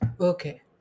Okay